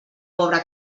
pobre